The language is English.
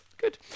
Good